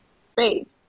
space